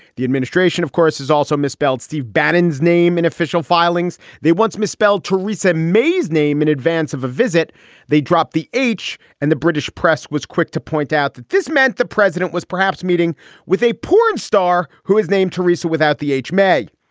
the administration, of course, is also misspelled. steve bannon's name in official filings. they once misspelled theresa may's name in advance of a visit they dropped the h and the british press was quick to point out that this meant the president was perhaps meeting with a porn star who is named theresa without the h. may.